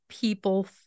People